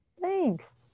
thanks